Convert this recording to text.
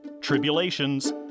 tribulations